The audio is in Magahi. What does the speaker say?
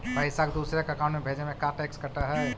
पैसा के दूसरे के अकाउंट में भेजें में का टैक्स कट है?